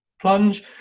plunge